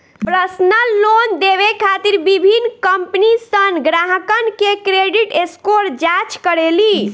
personal loan देवे खातिर विभिन्न कंपनीसन ग्राहकन के क्रेडिट स्कोर जांच करेली